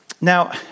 Now